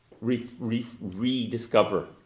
rediscover